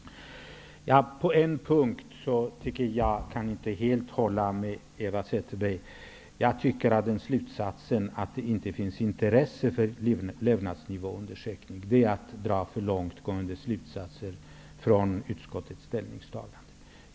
På en punkt kan jag inte hålla med Eva Zetterberg. Jag tycker att hon med sin slutsats, att det inte finns intresse för levnadsnivåundersökningar, har dragit för långt gående slutsatser från utskottets ställningstagande.